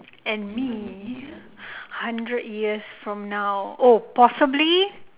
and me hundred years from now oh possibly